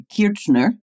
Kirchner